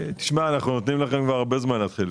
אנחנו נותנים לכם כבר הרבה זמן להתחיל.